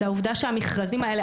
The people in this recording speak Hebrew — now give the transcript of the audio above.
זה העובדה שבמכרזים האלה,